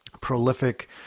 prolific